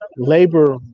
Labor